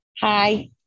Hi